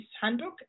handbook